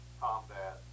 combat